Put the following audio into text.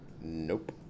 Nope